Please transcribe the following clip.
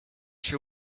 she